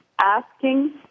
asking